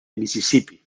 misisipi